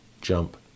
jump